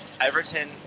Everton